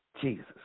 Jesus